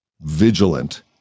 vigilant